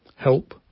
help